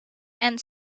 and